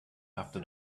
after